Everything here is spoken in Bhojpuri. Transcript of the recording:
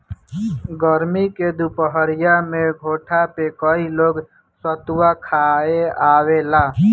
गरमी के दुपहरिया में घोठा पे कई लोग सतुआ खाए आवेला